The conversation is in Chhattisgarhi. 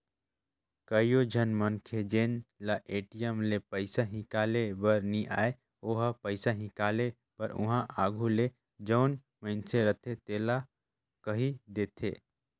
कइझन मनखे जेन ल ए.टी.एम ले पइसा हिंकाले बर नी आय ओ ह पइसा हिंकाले बर उहां आघु ले जउन मइनसे रहथे तेला कहि देथे